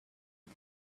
him